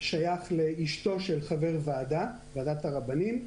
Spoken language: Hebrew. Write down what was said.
שייך לאשתו של חבר ועדת הרבנים,